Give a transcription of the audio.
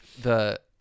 The-